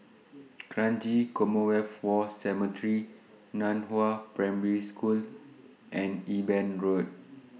Kranji Commonwealth War Cemetery NAN Hua Primary School and Eben Road